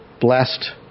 blessed